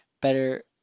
better